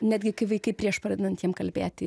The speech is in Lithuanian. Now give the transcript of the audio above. netgi kai vaikai prieš pradedant jiem kalbėti